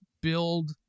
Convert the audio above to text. build